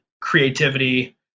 creativity